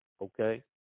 okay